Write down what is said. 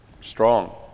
Strong